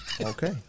okay